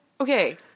okay